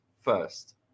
first